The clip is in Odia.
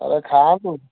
ଥରେ ଖାଆନ୍ତୁ